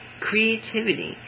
Creativity